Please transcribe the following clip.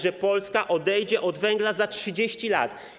że Polska odejdzie od węgla za 30 lat.